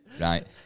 right